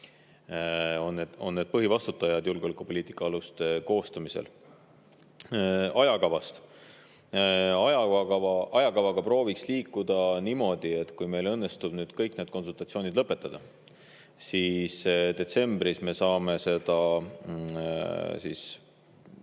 on need põhivastutajad julgeolekupoliitika aluste koostamisel. Ajakavast. Ajakavaga prooviks liikuda niimoodi, et kui meil õnnestub kõik need konsultatsioonid lõpetada, siis me jõuame detsembri